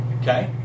Okay